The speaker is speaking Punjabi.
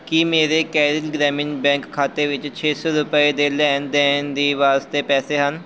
ਕੀ ਮੇਰੇ ਕੇਰਲ ਗ੍ਰਾਮੀਣ ਬੈਂਕ ਖਾਤੇ ਵਿੱਚ ਛੇ ਸੌ ਰੁਪਏ ਦੇ ਲੈਣ ਦੇਣ ਦੀ ਵਾਸਤੇ ਪੈਸੇ ਹਨ